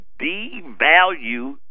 devalue